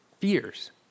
fears